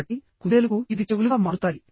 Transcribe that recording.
కాబట్టి కుందేలుకు ఇది చెవులుగా మారుతాయి